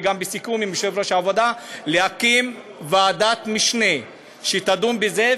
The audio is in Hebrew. וגם בסיכום עם יושב-ראש ועדת העבודה: להקים ועדת משנה שתדון בזה,